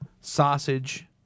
sausage